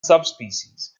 subspecies